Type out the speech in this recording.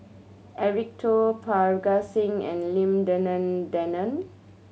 Eric Teo Parga Singh and Lim Denan Denon